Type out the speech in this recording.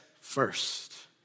first